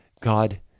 God